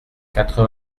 quatre